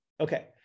Okay